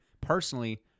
personally